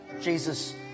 Jesus